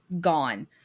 Gone